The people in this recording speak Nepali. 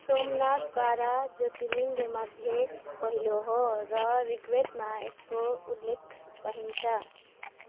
सोमनाथ बाह्र ज्योतिलिङ्गमध्ये पहिलो हो र ऋग्वेदमा यसको उल्लेख पाइन्छ